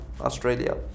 Australia